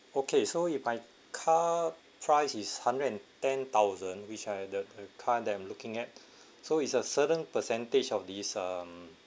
okay so you buy car price is hundred and ten thousand which are the the car that I'm looking at so is a certain percentage of these um